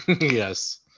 Yes